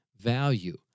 value